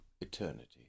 eternity